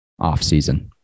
offseason